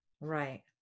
Right